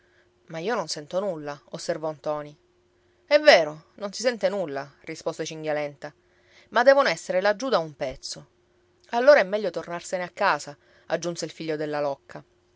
ma io non sento nulla osservò ntoni è vero non si sente nulla rispose cinghialenta ma devono essere laggiù da un pezzo allora è meglio tornarsene a casa aggiunse il figlio della locca